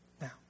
now